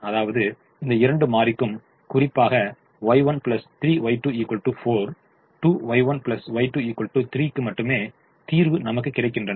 அதாவது இந்த இரண்டு மாறிக்கும் குறிப்பாக Y1 3Y2 4 2Y1 Y2 3 க்கு மட்டுமே தீர்வு நமக்கு கிடைக்கின்றன